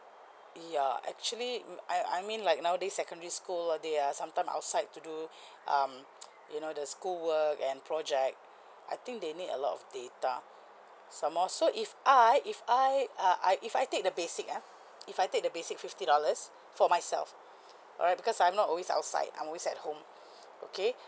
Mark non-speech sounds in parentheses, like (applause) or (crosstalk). ya actually uh I I mean like nowadays secondary school all they are sometimes outside to do um (noise) you know the school work and project I think they need a lot of data some more so if I if I uh I if I take the basic ah if I take the basic fifty dollars for myself alright because I'm not always outside I'm always at home okay